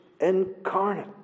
incarnate